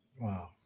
Wow